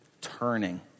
Turning